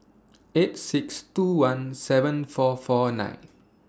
eight six two one seven four four nine